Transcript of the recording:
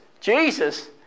Jesus